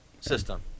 system